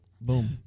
boom